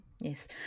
yes